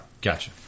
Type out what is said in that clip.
Gotcha